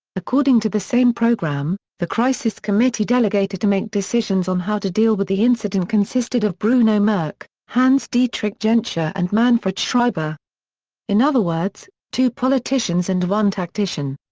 according to the same program, the crisis committee delegated to make decisions on how to deal with the incident consisted of bruno merk, hans-dietrich genscher and manfred schreiber in other words, two politicians and one tactician.